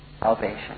Salvation